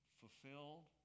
fulfilled